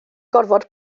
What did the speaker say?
gorfod